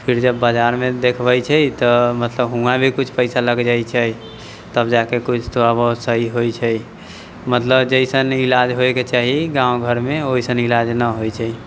फिर जब बजारमे देखबै छै तऽ मतलब हुवां भी कुछ पैसा लग जाइ छै तब जाके किछु थोड़ा बहुत सही होइ छै मतलब जैसन इलाज होइके चाही गाँव घरमे वइसन इलाज नहि होइ छै